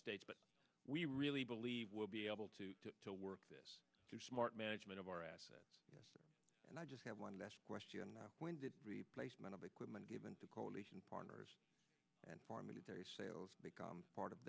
states but we really believe we'll be able to to work this through smart management of our assets and i just have one last question when did the placement of equipment given to coalition partners and foreign military sales become part of